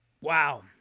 Wow